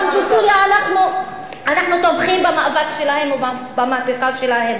גם בסוריה, אנחנו תומכים במאבק שלהם ובמהפכה שלהם